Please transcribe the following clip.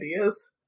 ideas